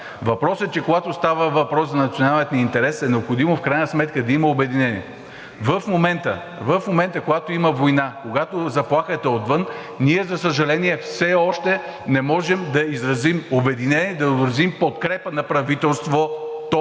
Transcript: Въпросът е, че когато става въпрос за националния ни интерес, е необходимо в крайна сметка да има обединение. В момента, когато има война, когато заплахата е отвън, ние, за съжаление, все още не можем да изразим обединение, да изразим подкрепа за правителството